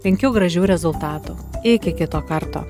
linkiu gražių rezultatų iki kito karto